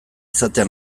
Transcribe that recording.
izatea